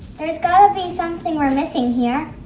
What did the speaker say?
there's gotta be something we're missing here.